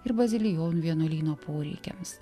ir bazilijonų vienuolyno poreikiams